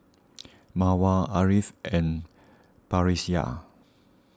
Mawar Ariff and Batrisya